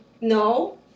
no